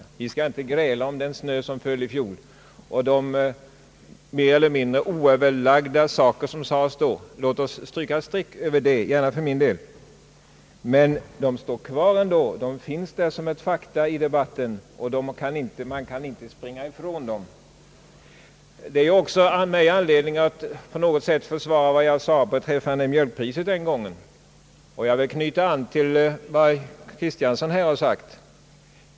Vi skall emellertid inte gräla om den snö som föll i fjol eller om de mer eller mindre oöverlagda saker som då sades. Låt oss, gärna för mig, stryka ett streck över det, men vad som då sades står ändå kvar som fakta i debatten, som man inte kan springa ifrån. Vad jag nu sagt ger mig anledning att också försvara min uppfattning beträffande mjölkpriset den gången. Jag vill då knyta an till vad herr Kristiansson har sagt.